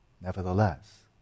nevertheless